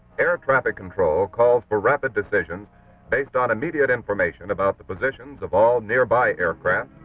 air traffic control calls for rapid decisions based on immediate information about the positions of all nearby aircraft,